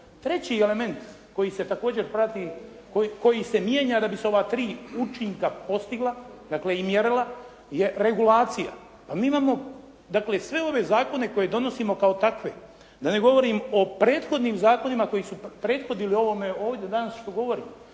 Treći element koji se također prati, koji se mijenja da bi se ova tri učinka postigla, dakle i mjerila, je regulacija. Pa mi imamo, dakle sve ove zakone koje donosimo kao takve, da ne govorim o prethodnim zakonima koji su prethodili ovome ovdje danas što govorimo.